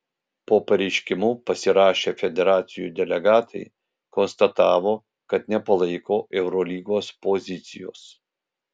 po pareiškimu pasirašę federacijų delegatai konstatavo kad nepalaiko eurolygos pozicijos